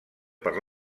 per